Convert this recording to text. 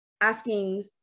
asking